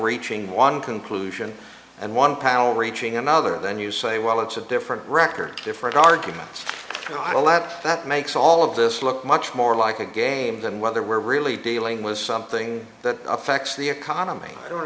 reaching one conclusion and one panel reaching another then you say well it's a different record different arguments are not allowed that makes all of this look much more like a game than whether we're really dealing with something that affects the economy